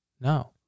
No